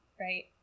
Right